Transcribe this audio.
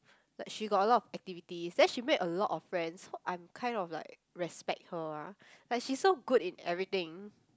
like she got a lot of activities then she make a lot of friends I'm kind of like respect her ah like she so good in everything